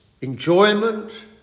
enjoyment